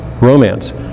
romance